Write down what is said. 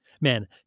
Man